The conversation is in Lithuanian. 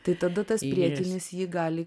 tai tada tas priekinis jį gali